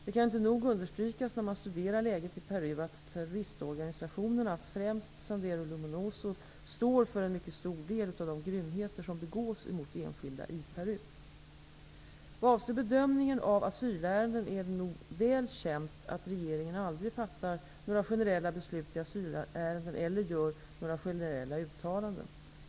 Det kan inte nog understrykas när man studerar läget i Peru att terroristorganisationerna, främst Sendero Luminoso, står för en mycket stor del av de grymheter som begås mot enskilda i Peru. Vad avser bedömningen av asylärenden är det nog väl känt att regeringen aldrig fattar några generella beslut i asylärenden eller gör några generella uttalanden.